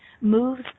moves